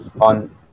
on